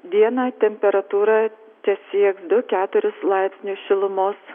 dieną temperatūra tesieks du keturis laipsnius šilumos